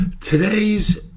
Today's